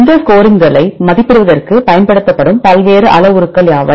இந்த ஸ்கோரிங்களை மதிப்பிடுவதற்குப் பயன்படுத்தப்படும் பல்வேறு அளவுருக்கள் யாவை